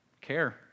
care